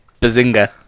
Bazinga